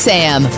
Sam